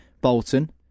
Bolton